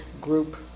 group